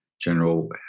general